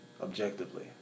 objectively